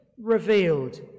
revealed